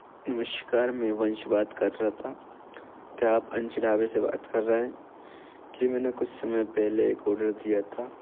नमस्कार मै वंश बात कर रहा था क्या आप अंश ढाबे से बात कर रहे जी मैंने कुछ समय पहले एक ओडर दिया था